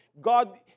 God